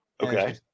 Okay